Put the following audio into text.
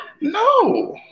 No